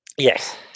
Yes